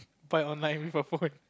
buy online with a phone